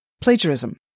plagiarism